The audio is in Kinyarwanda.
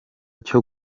cyo